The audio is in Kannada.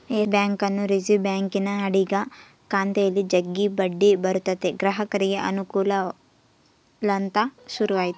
ಯಸ್ ಬ್ಯಾಂಕನ್ನು ರಿಸೆರ್ವೆ ಬ್ಯಾಂಕಿನ ಅಡಿಗ ಖಾತೆಯಲ್ಲಿ ಜಗ್ಗಿ ಬಡ್ಡಿ ಬರುತತೆ ಗ್ರಾಹಕರಿಗೆ ಅನುಕೂಲವಾಗಲಂತ ಶುರುವಾತಿ